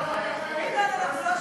יאללה, ביטן, אנחנו לא שומעים,